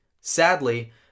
Sadly